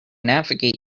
navigate